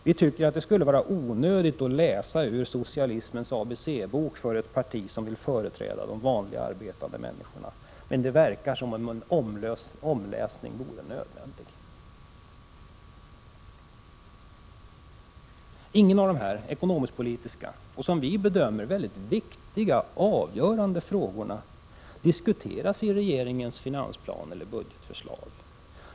Vi tycker att det borde vara onödigt att läsa ur socialismens ABC-bok för ett parti som vill företräda de vanliga arbetande människorna, men det verkar som om en omläsning vore nödvändig. Ingen av dessa ekonomiskpolitiska, och som vi bedömer mycket viktiga och avgörande, frågorna diskuteras i regeringens finansplan eller budgetförslag.